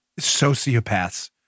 sociopaths